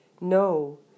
No